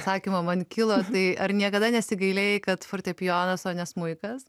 atsakymo man kilo tai ar niekada nesigailėjai kad fortepijonas o ne smuikas